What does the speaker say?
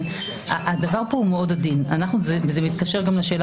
הדבר כאן מאוד עדין וזה מתקשר גם לשאלה